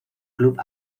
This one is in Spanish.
club